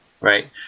right